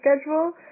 schedule